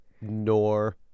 nor-